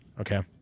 Okay